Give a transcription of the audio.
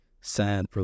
Sad